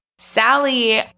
Sally